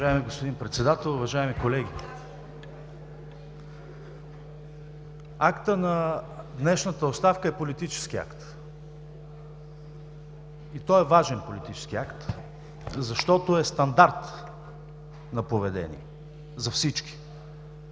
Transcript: Уважаеми господин Председател, уважаеми колеги! Актът на днешната оставка е политически. Той е важен политически акт, защото е стандарт на поведение за всички.